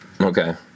Okay